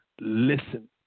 listen